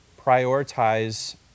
prioritize